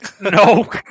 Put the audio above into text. No